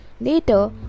Later